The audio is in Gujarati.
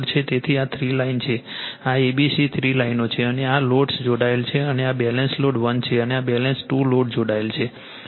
તો આ થ્રી લાઇન છે આ a b c થ્રી લાઇનો છે અને આ લોડ્સ જોડાયેલા છે આ બેલેન્સ લોડ 1 છે અને આ બેલેન્સ 2 લોડ જોડાયેલા છે